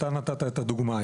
אתה נתת את הדוגמה.